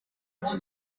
nzu